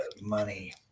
money